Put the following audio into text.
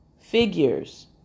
figures